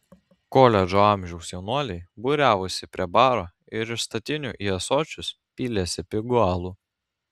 koledžo amžiaus jaunuoliai būriavosi prie baro ir iš statinių į ąsočius pylėsi pigų alų